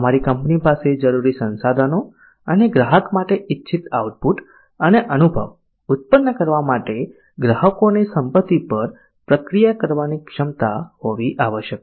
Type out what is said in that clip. અમારી કંપની પાસે જરૂરી સંસાધનો અને ગ્રાહક માટે ઇચ્છિત આઉટપુટ અને અનુભવ ઉત્પન્ન કરવા માટે ગ્રાહકોની સંપત્તિ પર પ્રક્રિયા કરવાની ક્ષમતા હોવી આવશ્યક છે